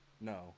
no